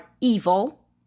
evil